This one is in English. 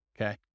Okay